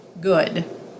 good